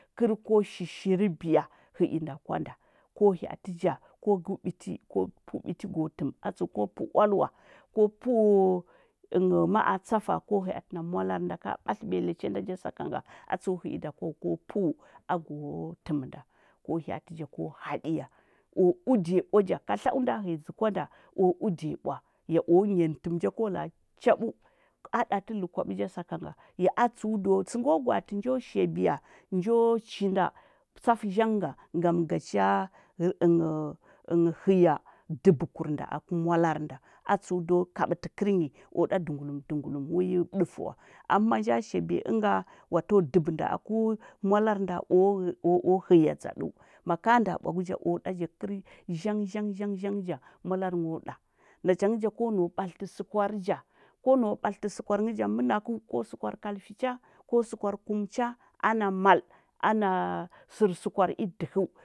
Kər ko shishirbiya həi nda kwa nɗa, ko hyaati ja ko gəu ɓiti ko pəu biti go təm atsəu ko pəu ulwa ko pəu ma’a tsafa ko hya’ati na mwalari nda ka ɓatləɓiya iya cha nda sakan ga atsəu həi da kw awa ko pəu a go təm nda ko hya’ati ja ko hadiya o udi ya bwaja katla’u nɗa həya dzə ka nɗa o uɗiya bwa, ya o n ya ndi təm ja ko la’a chabəu aɗati ləkwabə ja sakanga va atsəu ɗo səngo gwaati njo shabiya, njo chinda tsafə zhann nda ngam ga cha həya dəbə kur mda aku mwa larin ɗa, atsəu do kabətə kərnyi o ɗa ɗunguləm ɗunguləm wi dəfə wa ama manja shabiya ənga wato dəbə nda aku inwalari nda o həya ɗzaɗəu maka nɗa ɓwagu ja o da ja kər zhang zhang zhang ja mwalari nghə o ɗa nachangə ja ko nau batləti sukwar ja ko nau batləti sukwar nghə ja mənakəu ko sukwar kalfi cha, ko sukwar i ɗəhəu.